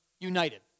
united